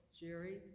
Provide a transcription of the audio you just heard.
Jerry